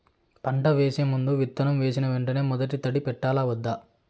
పంట వేసే ముందు, విత్తనం వేసిన వెంటనే మొదటి తడి పెట్టాలా వద్దా?